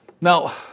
Now